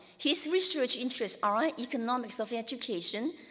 his research interests are ah economics of education,